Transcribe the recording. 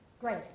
Great